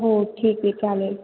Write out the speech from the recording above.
हो ठीक आहे चालेल